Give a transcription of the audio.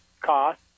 cost